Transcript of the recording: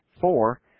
Four